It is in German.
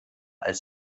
als